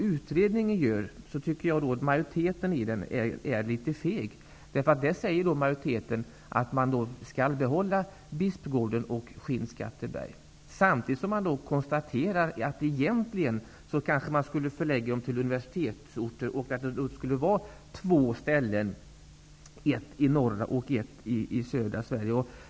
Jag tycker dock att majoriteten i utredningen är litet feg när man säger att utbildningen i Bispgården och Skinnskatteberg bör behållas, samtidigt som man konstaterar att utbildningen egentligen borde förläggas till universitetsorter, förslagsvis en i norra och en i södra Sverige.